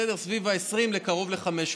מסביב 20 לקרוב ל-500,